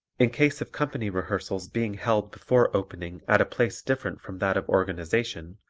in case of company rehearsals being held before opening at a place different from that of organization,